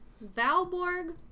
valborg